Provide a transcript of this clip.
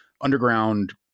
underground